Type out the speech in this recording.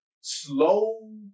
slow